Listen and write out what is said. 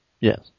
Yes